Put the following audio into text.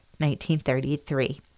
1933